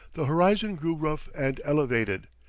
the horizon grew rough and elevated,